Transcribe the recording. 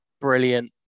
brilliant